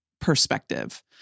perspective